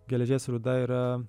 geležies rūda yra